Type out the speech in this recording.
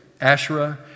Asherah